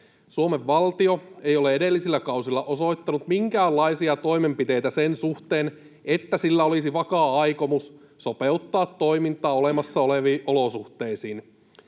Suomen valtio ei ole edellisillä kausilla osoittanut minkäänlaisia toimenpiteitä sen suhteen, että sillä olisi vakaa aikomus sopeuttaa toimintaa olemassa oleviin olosuhteisiin.